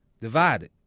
divided